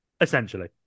Essentially